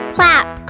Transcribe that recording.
Clap